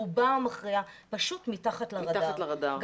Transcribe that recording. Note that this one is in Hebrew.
רובם המכריע פשוט מתחת לרדאר,